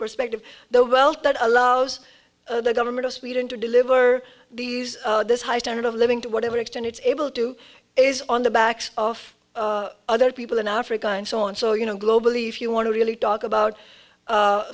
perspective the wealth that allows the government of sweden to deliver these this high standard of living to whatever extent it's able to is on the backs of other people in africa and so on so you know globally if you want to really talk about